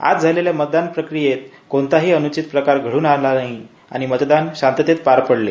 आज झालेल्या मतदान प्रक्रियेत कोणताही अन्चित प्रकार घडून आला नाही आणि मतदान शांततेत पार पडले